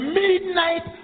midnight